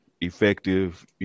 effective